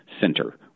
center